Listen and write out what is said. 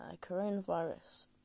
coronavirus